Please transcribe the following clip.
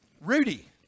Rudy